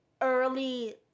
early